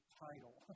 title